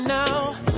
now